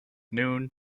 noon